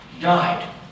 died